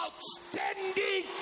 Outstanding